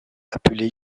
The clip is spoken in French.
appelé